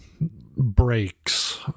breaks